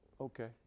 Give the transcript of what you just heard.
Okay